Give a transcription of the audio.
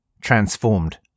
transformed